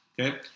okay